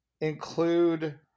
include